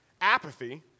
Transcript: Apathy